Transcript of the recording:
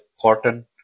cotton